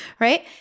right